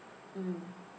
mm